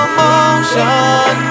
motion